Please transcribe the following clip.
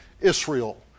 Israel